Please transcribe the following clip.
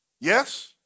Yes